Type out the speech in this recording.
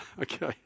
Okay